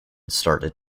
started